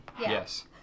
Yes